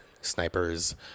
Snipers